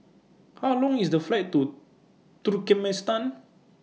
How Long IS The Flight to Turkmenistan